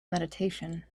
meditation